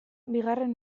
bigarren